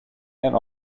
and